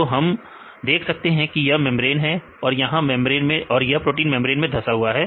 तो हम देख सकते हैं कि यह मेंब्रेन हैं और यहां पर यह मेंब्रेन में धंसा हुआ है